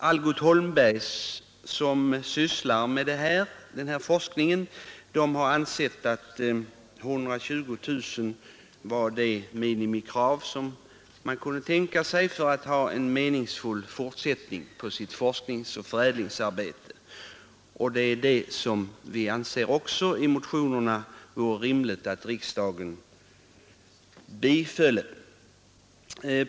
Algot Holmberg och Söner AB, som sysslar med den här forskningen, har ansett att 120 000 kronor är det minimibelopp som krävs för en meningsfull fortsättning av forskningsoch förädlingsarbetet, och motionärerna anser det rimligt att riksdagen anvisar den summan.